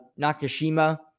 Nakashima